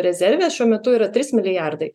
rezerve šiuo metu yra trys milijardai